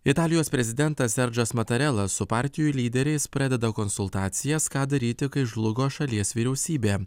italijos prezidentas serdžas matarela su partijų lyderiais pradeda konsultacijas ką daryti kai žlugo šalies vyriausybė